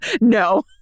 No